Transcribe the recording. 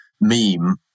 meme